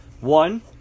One